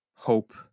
Hope